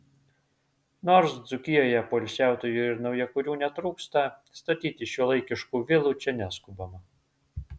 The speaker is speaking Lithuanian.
nors dzūkijoje poilsiautojų ir naujakurių netrūksta statyti šiuolaikiškų vilų čia neskubama